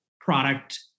product